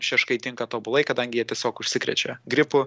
šeškai tinka tobulai kadangi jie tiesiog užsikrečia gripu